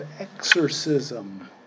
exorcism